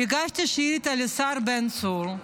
הגשתי שאילתה לשר בן צור,